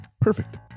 perfect